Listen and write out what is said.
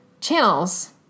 channels